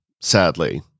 sadly